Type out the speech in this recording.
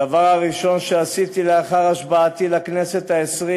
הדבר הראשון שעשיתי לאחר השבעתי לכנסת העשרים